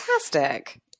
Fantastic